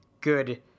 good